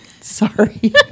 Sorry